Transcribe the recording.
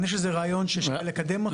אני חושב שזה רעיון ששווה לקדם אותו.